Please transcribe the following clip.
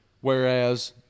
whereas